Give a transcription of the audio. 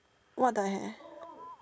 what the hell